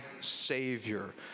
Savior